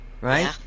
Right